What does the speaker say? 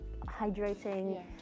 hydrating